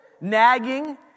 nagging